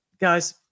Guys